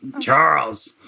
Charles